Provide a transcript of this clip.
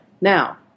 Now